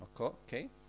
okay